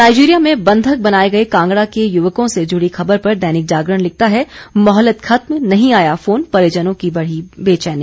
Nigeria में बंधक बनाए गए कांगड़ा के युवकों से जुड़ी खबर पर दैनिक जागरण लिखता है मोहलत खत्म नहीं आया फोन परिजनों की बढ़ी बेचैनी